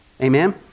Amen